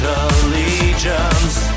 allegiance